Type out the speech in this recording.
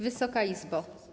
Wysoka Izbo!